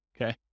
okay